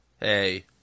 Hey